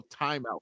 timeout